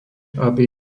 aby